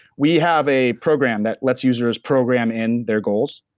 we have a program that lets users program in their goals,